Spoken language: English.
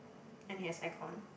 and it has aircon